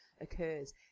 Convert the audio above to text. occurs